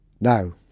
Now